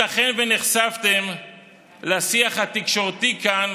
ייתכן שנחשפתם לשיח התקשורתי כאן